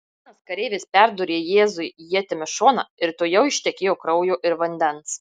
vienas kareivis perdūrė jėzui ietimi šoną ir tuojau ištekėjo kraujo ir vandens